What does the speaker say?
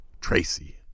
Tracy